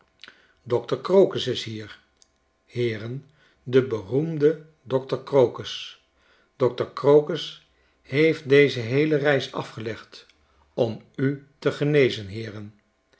dokter crocus is hier heeren de beroemde dokter crocus dokter crocus heeft deze heele reis afgelegd om u te genezen heeren